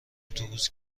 اتوبوس